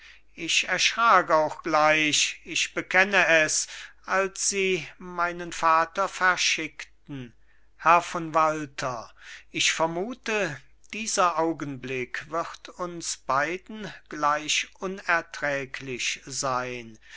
ich erschrak auch gleich ich bekenne es als sie meinen vater verschickten herr von walter ich vermuthe dieser augenblick wird uns beiden gleich unerträglich sein wenn